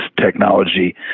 technology